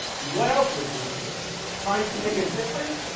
what else would they be doing? trying to make a difference?